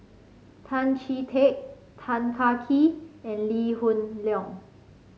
Tan Chee Teck Tan Kah Kee and Lee Hoon Leong